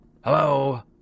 Hello